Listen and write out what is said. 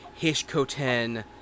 Hishkoten